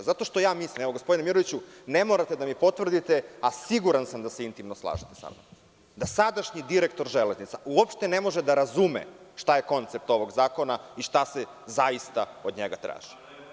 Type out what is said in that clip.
Zato što ja mislim, evo, gospodine Miroviću, ne morate da mi potvrdite, a siguran sam da se intimno slažete sa mnom, da sadašnji direktor „Železnica“ uopšte ne može da razume šta je koncept ovog zakona i šta se zaista od njega traži.